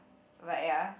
but ya